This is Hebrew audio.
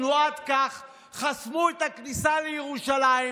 הוא יחד עם כל מיני חברים שלו מתנועת כך חסמו את הכניסה לירושלים,